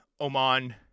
Oman